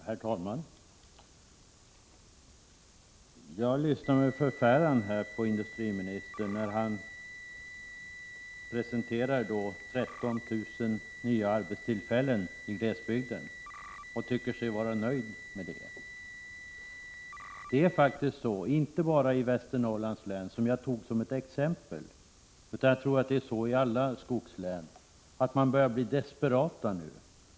Herr talman! Jag lyssnar med förfäran till industriministern när han presenterar 13 000 nya arbetstillfällen i glesbygden och förklarar sig vara nöjd med detta antal. Jag tror att det är så inte bara i Västernorrlands län, som jag tog som exempel, utan i alla skogslän att man börjar bli desperat.